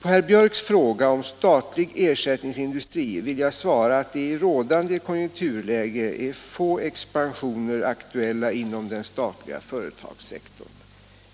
På herr Björcks fråga om statlig ersättningsindustri vill jag svara att det i rådande konjunkturläge är få expansioner aktuella inom den statliga företagssektorn.